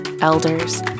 elders